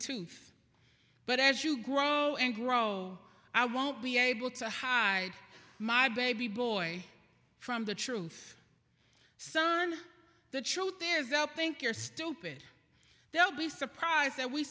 tooth but as you grow and grow i won't be able to hide my baby boy from the truth son the truth is that think you're stupid they'll be surprised that we